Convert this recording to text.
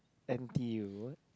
n_t_u